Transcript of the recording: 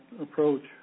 approach